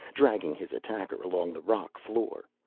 dragging his attacker along the rock floor.